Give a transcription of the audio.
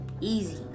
Easy